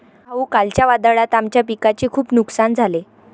भाऊ, कालच्या वादळात आमच्या पिकाचे खूप नुकसान झाले